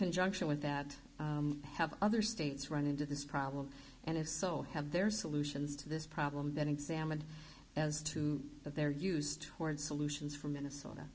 conjunction with that have other states run into this problem and if so have their solutions to this problem then examined as to what they're used toward solutions for minnesota